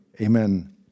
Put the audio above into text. Amen